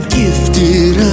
gifted